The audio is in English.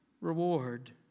reward